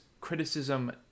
criticism